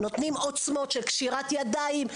נותנים עוצמות של קשירת ידיים,